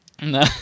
No